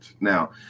Now